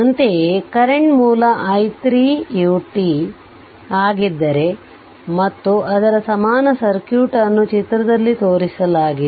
ಅಂತೆಯೇ ಕರೆಂಟ್ ಮೂಲ i 3 ut ಆಗಿದ್ದರೆ ಮತ್ತು ಅದರ ಸಮಾನ ಸರ್ಕ್ಯೂಟ್ ಅನ್ನು ಚಿತ್ರದಲ್ಲಿ ತೋರಿಸಲಾಗಿದೆ